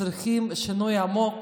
צריכים שינוי עמוק